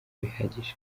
bihagije